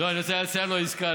אני רוצה להציע לו עסקה,